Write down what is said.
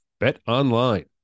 Betonline